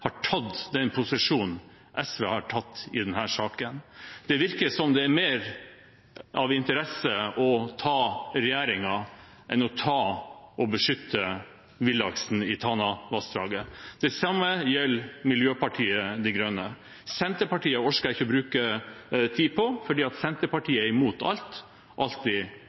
har tatt den posisjonen som SV har gjort i denne saken. Det virker som om det er mer interesse for å ta regjeringen enn for å beskytte villaksen i Tanavassdraget. Det samme gjelder Miljøpartiet De Grønne. Senterpartiet orker jeg ikke å bruke tid på, for Senterpartiet er imot alt alltid,